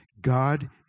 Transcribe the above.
God